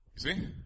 See